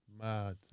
Mad